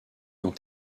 dans